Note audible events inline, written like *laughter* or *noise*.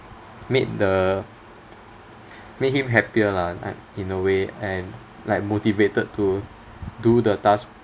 made the *breath* made him happier lah uh in a way and like motivated to do the task